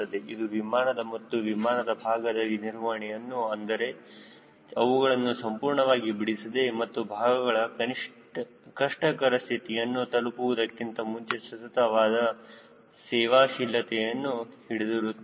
ಇದು ವಿಮಾನದ ಮತ್ತು ವಿಮಾನದ ಭಾಗದ ನಿರ್ವಹಣೆಯನ್ನು ಅಂದರೆ ಅವುಗಳನ್ನು ಸಂಪೂರ್ಣವಾಗಿ ಬಿಡಿಸದೆ ಮತ್ತು ಭಾಗಗಳು ಕಷ್ಟಕರ ಸ್ಥಿತಿಯನ್ನು ತಲುಪುವುದಕ್ಕಿಂತ ಮುಂಚೆ ಸತತವಾದ ಸೇವಾಶೀಲತೆಯನ್ನು ಕಂಡುಹಿಡಿಯುತ್ತದೆ